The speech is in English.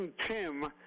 Tim